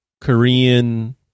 Korean